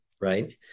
Right